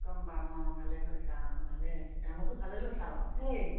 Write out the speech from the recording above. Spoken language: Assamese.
গম পাম অঁ ভালেই কৰিছা অঁ ভালেই সিদ্ধান্তটো ভালেই লৈছা বাৰু দেই